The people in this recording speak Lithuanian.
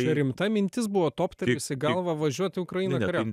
čia rimta mintis buvo toptelėjus į galvą važiuot į ukrainą kariaut